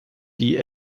die